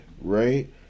right